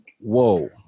whoa